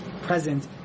present